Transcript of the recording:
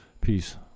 peace